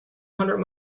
hundred